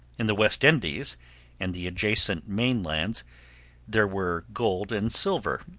in the west indies and the adjacent mainlands there were gold and silver,